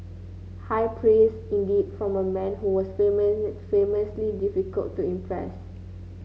high praise indeed from a man who was famously difficult to impress